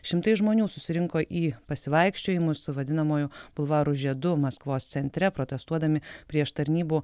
šimtai žmonių susirinko į pasivaikščiojimus vadinamuoju bulvarų žiedu maskvos centre protestuodami prieš tarnybų